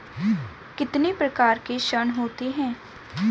कितने प्रकार के ऋण होते हैं?